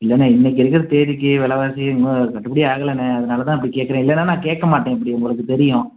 இல்லைண்ணே இன்றைக்கு இருக்கிற தேதிக்கு விலவாசி ஒன்றும் கட்டுப்படி ஆகலைண்ணே அதனால் தான் இப்படி கேட்குறேன் இல்லைன்னா நான் கேட்கமாட்டேன் இப்படி உங்களுக்குத் தெரியும்